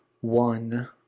One